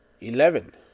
Eleven